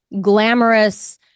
glamorous